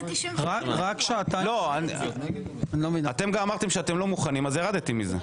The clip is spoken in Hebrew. גם אמרתם שאתם לא מוכנים, אז ירדתי מזה.